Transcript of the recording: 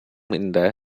இந்த